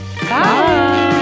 bye